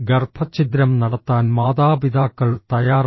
ഗർഭച്ഛിദ്രം നടത്താൻ മാതാപിതാക്കൾ തയ്യാറാണ്